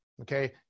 okay